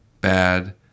bad